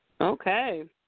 Okay